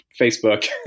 Facebook